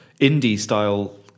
indie-style